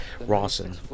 Rawson